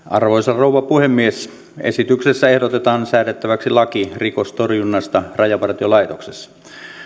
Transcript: arvoisa rouva puhemies esityksessä ehdotetaan säädettäväksi laki rikostorjunnasta rajavartiolaitoksessa